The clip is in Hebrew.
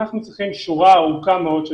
אנחנו צריכים שורה ארוכה מאוד של